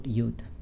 youth